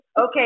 okay